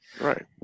Right